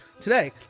Today